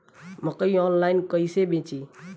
मकई आनलाइन कइसे बेची?